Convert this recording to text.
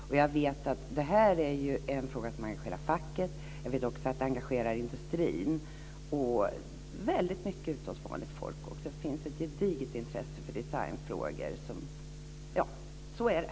Jag vet att det här är en fråga som engagerar facket. Jag vet också att det engagerar industrin. Också ute bland vanligt folk finns väldigt mycket av gediget intresse för designfrågor. Så är det.